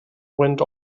went